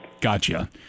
Gotcha